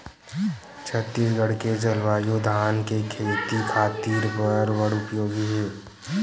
छत्तीसगढ़ के जलवायु धान के खेती खातिर बर बड़ उपयोगी हे